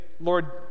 Lord